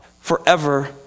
forever